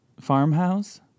farmhouse